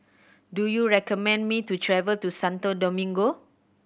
do you recommend me to travel to Santo Domingo